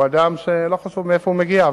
והוא אדם שלא חשוב מאיפה הוא מגיע.